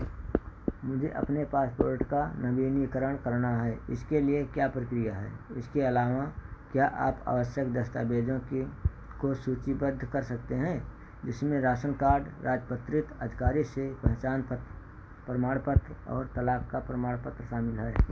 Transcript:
मुझे अपने पासपोर्ट का नवीनीकरण करना है इसके लिए क्या प्रक्रिया है इसके अलावा क्या आप आवश्यक दस्तावेज़ों कि को सूचीबद्ध कर सकते हैं जिसमें राशन कार्ड राजपत्रित अधिकारी से पहचान पत प्रमाण पत्र और तलाक का प्रमाण पत्र शामिल हैं